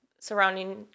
Surrounding